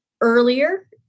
earlier